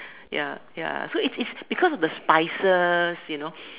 ya ya so it's it's because of the spices you know